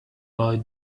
boy